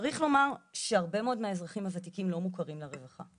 צריך לומר שהרבה מאוד מהאזרחים הוותיקים לא מוכרים לרווחה,